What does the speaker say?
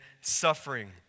suffering